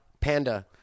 Panda